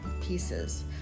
pieces